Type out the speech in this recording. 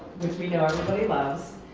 which we know everybody loves.